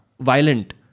violent